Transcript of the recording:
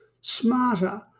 smarter